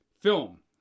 film